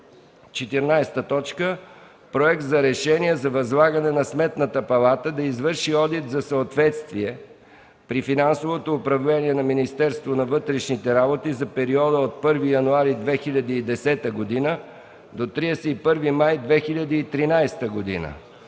14. Проект за решение за възлагане на Сметната палата да извърши одит за съответствие при финансовото управление на Министерство на вътрешните работи за периода от 1 януари 2010 г. до 31 май 2013 г.